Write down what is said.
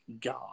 God